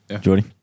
Jordy